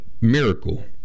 miracle